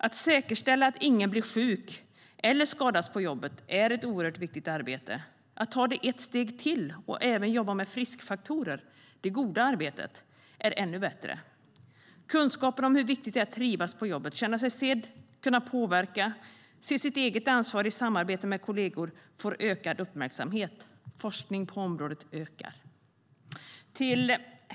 Att säkerställa att ingen blir sjuk eller skadas på jobbet är ett oerhört viktigt arbete. Att ta det ett steg till och även jobba med friskfaktorer - det goda arbetet - är ännu bättre. Kunskapen om hur viktigt det är att trivas på jobbet, känna sig sedd, kunna påverka och se sitt eget ansvar i samarbete med kollegor får ökad uppmärksamhet. Forskningen på området ökar.